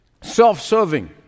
self-serving